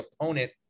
opponent